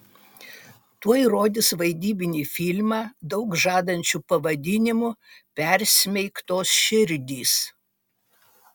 tuoj rodys vaidybinį filmą daug žadančiu pavadinimu persmeigtos širdys